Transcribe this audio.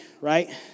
right